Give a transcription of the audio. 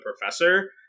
Professor